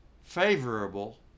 favorable